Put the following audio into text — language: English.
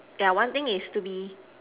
yeah one thing it's to be